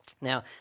Now